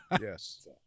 Yes